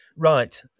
Right